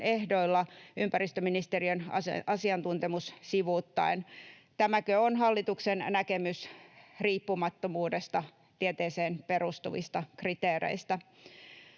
ehdoilla ympäristöministeriön asiantuntemus sivuuttaen. Tämäkö on hallituksen näkemys riippumattomuudesta, tieteeseen perustuvista kriteereistä?